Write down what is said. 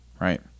Right